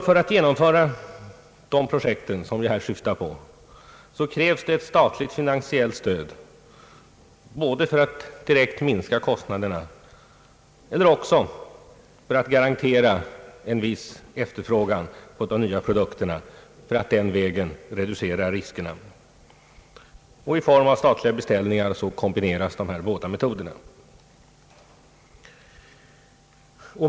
För att genomföra de projekt som jag här syftar på krävs ett statligt finansiellt stöd både för att direkt minska kostnaderna och för att garantera en viss efterfrågan åt de nya produkterna i syfte att den vägen reducera riskerna. Dessa båda metoder kombineras i form av statliga beställningar.